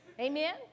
Amen